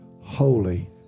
holy